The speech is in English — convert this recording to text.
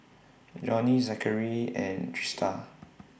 Johney Zachary and Trista